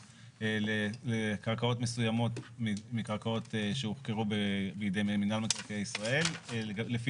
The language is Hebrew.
לקרקעות מסוימות לקרקעות שהוחכרו בידי מנהל מקרקעי ישראל לפי